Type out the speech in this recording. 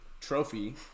trophy